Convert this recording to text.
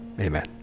Amen